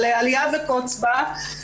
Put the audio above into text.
אבל אליה וקוץ בה,